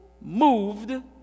Moved